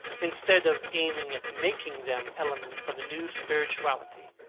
instead of aiming at making them elements of a new spirituality,